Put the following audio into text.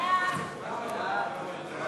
חוק